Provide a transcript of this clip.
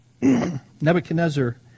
Nebuchadnezzar